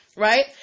Right